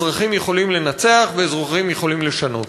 אזרחים יכולים לנצח ואזרחים יכולים לשנות.